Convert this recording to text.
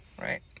Right